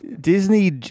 Disney